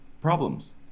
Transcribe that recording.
problems